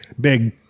big